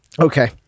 Okay